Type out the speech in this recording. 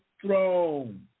throne